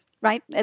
right